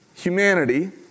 humanity